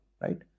right